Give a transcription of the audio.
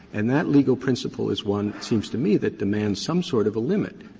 and that legal principle is one, it seems to me, that demands some sort of a limit.